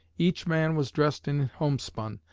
each man was dressed in homespun,